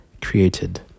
created